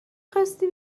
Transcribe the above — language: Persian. خاستی